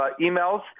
emails